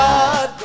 God